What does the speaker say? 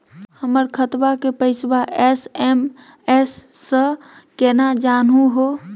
हमर खतवा के पैसवा एस.एम.एस स केना जानहु हो?